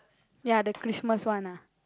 ya the Christmas one ah